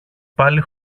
πάλι